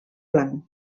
blanc